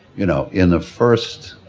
you know, in the first